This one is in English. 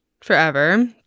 forever